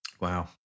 Wow